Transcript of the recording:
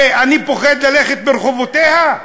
ואני פוחד ללכת ברחובותיה?